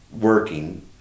working